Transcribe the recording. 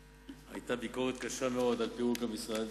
היתה ביקורת קשה מאוד על פירוק המשרד.